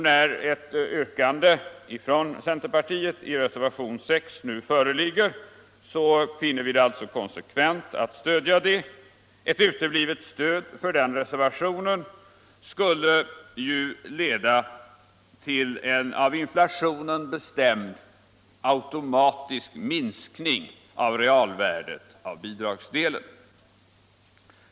När ett yrkande från centerpartiet i reservationen 6 nu föreligger finner vi det alltså konsekvent att stödja det. Ett uteblivet stöd för den reservationen skulle ju leda till en av inflationen bestämd automatisk minskning av realvärdet av bidragsdelen.